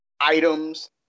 Items